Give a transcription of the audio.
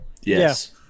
Yes